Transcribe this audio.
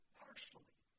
partially